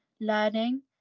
learning